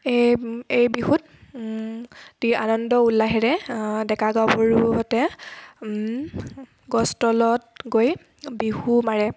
এই এই বিহুত অতি আনন্দ উল্লাহেৰে ডেকা গাভৰুহঁতে গছতলত গৈ বিহু মাৰে